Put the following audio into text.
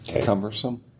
cumbersome